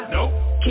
Nope